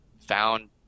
found